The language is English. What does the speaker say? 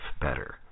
better